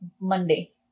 Monday